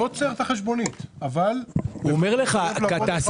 לא צריך את החשבונית אבל --- הוא אומר לך שתעשה